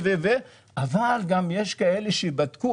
אבל גם יש כאלה שבדקו,